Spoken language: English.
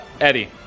Eddie